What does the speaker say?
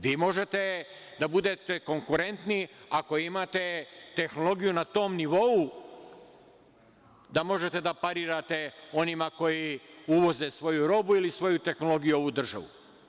Vi možete da budete konkurentni ako imate tehnologiju na tom nivou da možete da parirate onima koji uvoze svoju robu ili svoju tehnologiju u ovu državu.